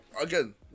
again